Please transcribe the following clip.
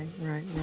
right